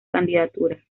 candidatura